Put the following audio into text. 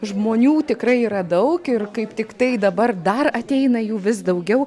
žmonių tikrai yra daug ir kaip tik tai dabar dar ateina jų vis daugiau